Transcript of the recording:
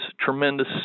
tremendous